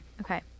Okay